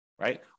right